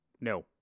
No